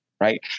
Right